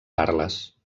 carles